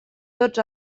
tots